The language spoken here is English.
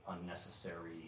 unnecessary